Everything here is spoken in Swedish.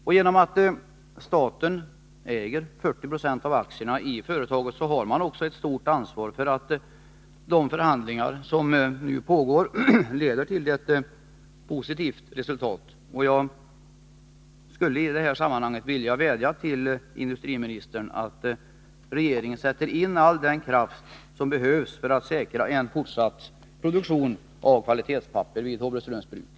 Eftersom staten äger 40 96 av aktierna i företaget, har man ett stort ansvar för att de förhandlingar som nu pågår leder till ett positivt resultat. Jag skulle i det sammanhanget vilja vädja till industriministern om att han medverkar till att regeringen sätter in all den kraft som behövs för att säkra en fortsatt produktion av kvalitetspapper vid Håvreströms Bruk.